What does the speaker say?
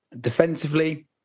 Defensively